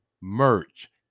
merch